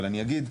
אבל אני אגיד,